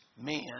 men